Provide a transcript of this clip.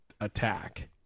attack